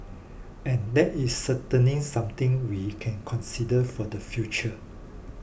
and that is certainly something we can consider for the future